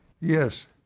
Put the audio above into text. Yes